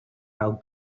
how